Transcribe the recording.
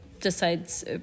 decides